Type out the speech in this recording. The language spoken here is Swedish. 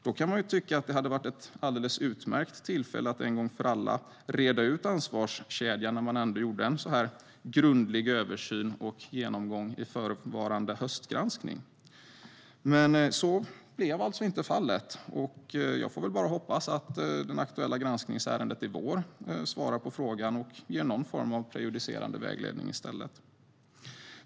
Då kan man tycka att det hade varit ett alldeles utmärkt tillfälle att en gång för alla reda ut ansvarskedjan när man ändå gjorde en så grundlig översyn och genomgång i den höstgranskning som förevarit. Så blev alltså inte fallet, och jag får bara hoppas att det aktuella granskningsärendet i vår svarar på frågan och ger någon form av prejudicerande vägledning i stället.